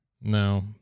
no